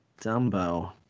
dumbo